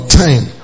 time